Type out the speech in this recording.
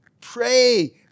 Pray